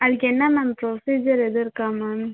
அதுக்கு என்ன ma'am procedure எதுவும் இருக்கா மேம்